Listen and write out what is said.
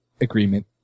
agreement